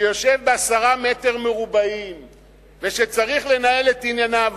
שיושב ב-10 מטרים רבועים וצריך לנהל את ענייניו,